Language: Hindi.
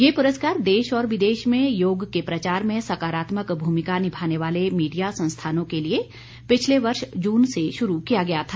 यह प्रस्कार देश और विदेश में योग के प्रचार में सकारात्मक भूमिका निभाने वाले मीडिया संस्थानों के लिए पिछले वर्ष जून से शुरू किया गया था